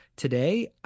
Today